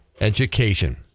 education